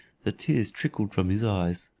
that tears trickled from his eyes.